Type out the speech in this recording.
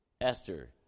Esther